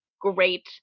great